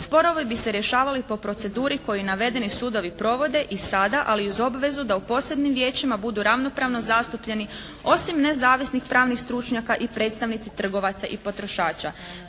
Sporovi bi se rješavali po proceduri koji navedeni sudovi provode i sada, ali uz obvezu da u posebnim vijećima budu ravnopravno zastupljeni osim nezavisnih pravnih stručnjaka i predstavnici trgovaca i potrošača.